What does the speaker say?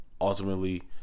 Ultimately